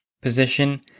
position